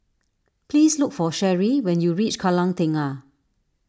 please look for Cherie when you reach Kallang Tengah